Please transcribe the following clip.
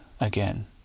again